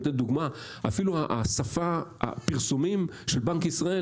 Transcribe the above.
אני אתן דוגמה: אפילו הפרסומים של בנק ישראל,